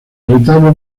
retablo